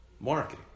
marketing